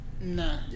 Nah